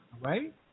Right